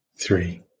three